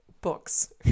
Books